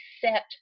set